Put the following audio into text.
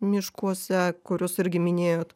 miškuose kurios irgi minėjot